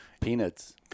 peanuts